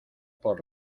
por